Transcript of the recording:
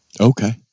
Okay